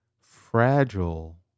fragile